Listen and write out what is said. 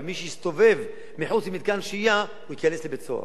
ומי שיסתובב מחוץ למתקן שהייה ייכנס לבית-סוהר.